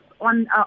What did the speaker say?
on